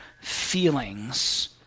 feelings